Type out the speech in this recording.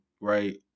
right